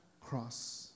cross